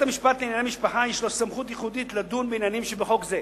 לבית-המשפט לענייני משפחה יש סמכות ייחודית לדון בעניינים שבחוק זה.